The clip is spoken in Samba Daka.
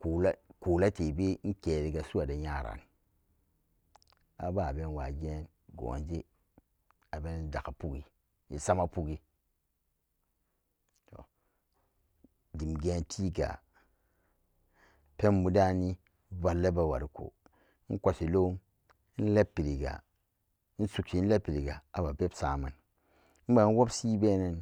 kola-kola tebe inkeriga su'ade yaran ababenwa geen gwanje abeni dakka puggi esama puggi to dim geentiga penbu dani vallable wariko inkwashi lom inlet piriga insugshi ilebriga ama bebsaman iman wopshi benan.